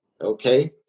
okay